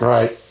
Right